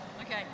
Okay